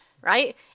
right